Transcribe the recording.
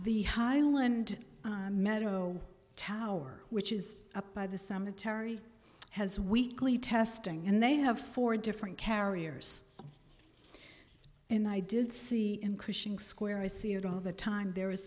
the highland meadow tower which is up by the cemetery has weekly testing and they have four different carriers and i did see increasing square i see it all the time there